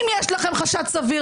אם יש לכם חשד סביר.